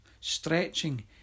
stretching